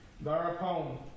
thereupon